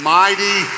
mighty